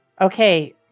Okay